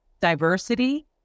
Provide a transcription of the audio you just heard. diversity